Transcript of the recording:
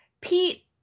Pete